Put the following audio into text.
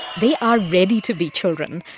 they are ready to be children,